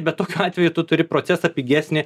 bet tokiu atveju tu turi procesą pigesnį